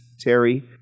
Terry